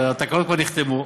והתקנות כבר נחתמו.